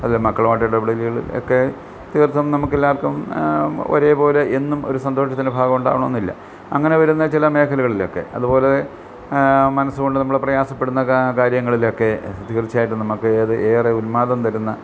അതെ മക്കളുവായിട്ടുള്ള ഇടപെടലുകളിൽ ഒക്കെ തീർത്തും നമുക്കെല്ലാവർക്കും ഒരേപോലെ ഇന്നും ഒരു സന്തോഷത്തിൻ്റെ ഭാഗമുണ്ടാകണമെന്നില്ല അങ്ങനെ വരുന്ന ചില മേഖലകളിൽ ഒക്കെ അതുപോലെ മനസ്സ് കൊണ്ട് നമ്മള് പ്രയാസപ്പെടുന്ന ക കാര്യങ്ങളിലൊക്കെ തീർച്ചയായിട്ടും നമുക്ക് ഏത് ഏറെ ഉന്മാദം തരുന്ന